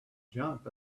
jump